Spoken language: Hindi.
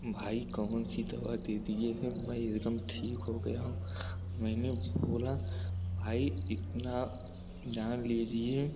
भाई कौनसी दवा दे दिए हो भाई एकदम ठीक हो गया हूँ मैंने उसको बोला भाई इतना जान लेलिए